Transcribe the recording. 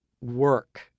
work